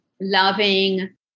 loving